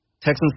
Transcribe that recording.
Texans